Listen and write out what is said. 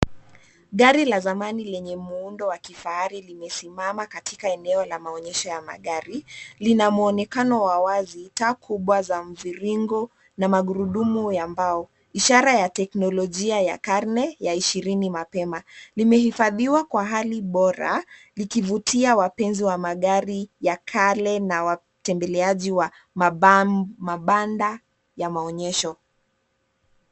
Gari la zamani lenye muundo wa kifahari limesimama katika eneo la maonyesho ya magari, lina mwonekano wa wazi, taa kubwa za mviringo na magurudumu ya mbao, ishara ya teknolojia ya karne ya ishirini mapema. Limehifadhiwa kwa hali bora likivutia wapenzi wa magari ya kale na watembeleaji wa mabanda ya maenyesho.